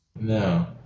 No